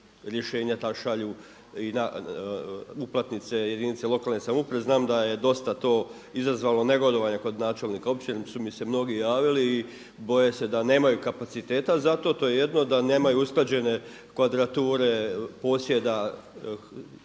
rješenja ta šalju i na uplatnice jedinice lokalne samouprave. Znam da je dosta to izazvalo negodovanja kod načelnika općine su mi se mnogi javili i boje se da nemaju kapaciteta za to, to je jedno, da nemaju usklađene kvadrature posjeda,